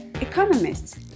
economists